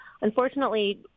Unfortunately